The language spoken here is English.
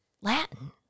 Latin